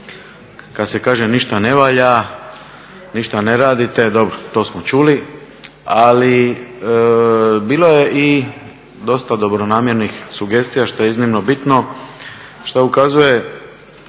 kad se kaže ništa ne valja, ništa ne radite, dobro to smo čuli. Ali bilo je i dosta dobronamjernih sugestija što je iznimno bitno